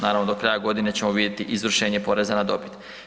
Naravno do kraja godine ćemo vidjeti izvršenje poreza na dobit.